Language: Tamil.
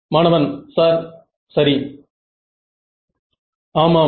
மாணவன் சார் சரி ஆமாம்